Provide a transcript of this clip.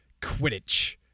quidditch